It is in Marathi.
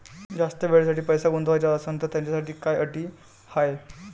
जास्त वेळेसाठी पैसा गुंतवाचा असनं त त्याच्यासाठी काही अटी हाय?